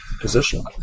position